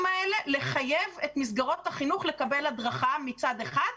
האלה לחייב את מסגרות החינוך לקבל הדרכה מצד אחד,